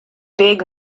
big